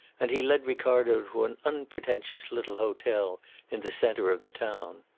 and he led ricardo to an unpretentious little hotel in the centre of the town.